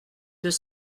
deux